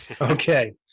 Okay